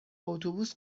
اتوبوس